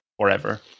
forever